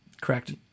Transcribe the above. Correct